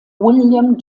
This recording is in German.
william